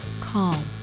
calm